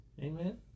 Amen